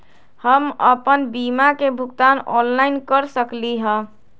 हम अपन बीमा के भुगतान ऑनलाइन कर सकली ह?